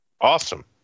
awesome